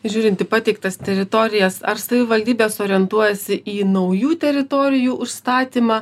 žiūrint į pateiktas teritorijas ar savivaldybės orientuojasi į naujų teritorijų užstatymą